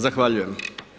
Zahvaljujem.